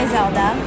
Zelda